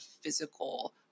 physical